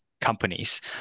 companies